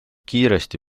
kiiresti